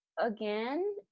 again